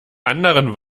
anderen